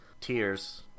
tears